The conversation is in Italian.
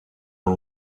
con